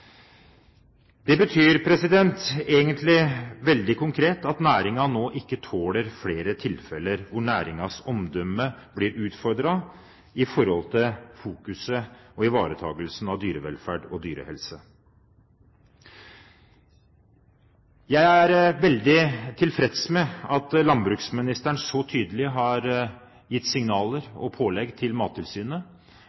Det betyr egentlig veldig konkret at næringen nå ikke tåler flere tilfeller hvor næringens omdømme blir utfordret med tanke på det fokuset som har vært og ivaretakelsen av dyrevelferd og dyrehelse. Jeg er veldig tilfreds med at landbruksministeren så tydelig har gitt signaler